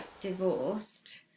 divorced